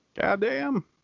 Goddamn